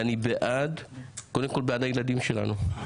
אני בעד הילדים שלנו.